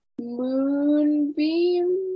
Moonbeam